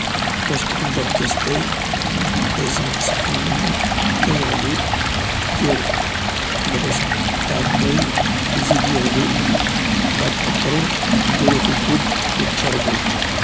باش تحضر كاس تاي لازم تسخن الماء حتى يغلي، تدير العشب انتاع التاي يزيد يغلي، امبعد تقطرو و تديرو في كوب و تشربو.